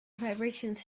vibrations